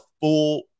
full